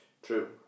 True